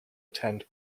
attend